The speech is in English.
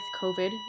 COVID